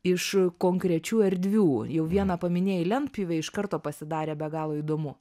iš konkrečių erdvių jau vieną paminėjai lentpjūvėj iš karto pasidarė be galo įdomu